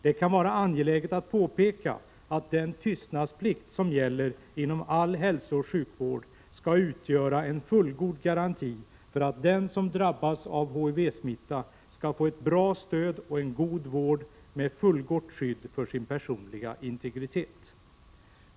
Det kan vara angeläget att påpeka att den tystnadsplikt som gäller inom all hälsooch sjukvård skall utgöra en fullgod garanti för att den som drabbas av HIV-smitta skall få ett bra stöd och en god vård med fullgott skydd för sin personliga integritet.